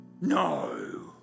No